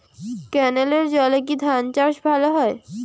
ক্যেনেলের জলে কি ধানচাষ ভালো হয়?